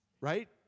Right